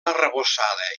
arrebossada